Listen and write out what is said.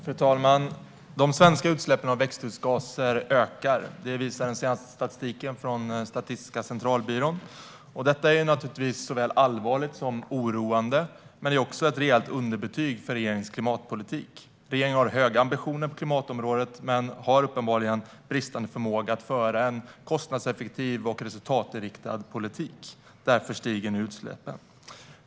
Fru talman! De svenska utsläppen av växthusgaser ökar. Det visar den senaste statistiken från Statistiska centralbyrån. Detta är naturligtvis såväl allvarligt som oroande, men det är också ett rejält underbetyg för regeringens klimatpolitik. Regeringen har höga ambitioner på klimatområdet, men den har uppenbarligen en bristande förmåga att föra en kostnadseffektiv och resultatinriktad politik. Därför stiger nu utsläppen.